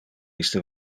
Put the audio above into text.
iste